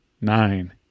Nine